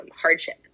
hardship